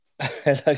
Hello